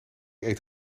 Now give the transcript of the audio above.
eet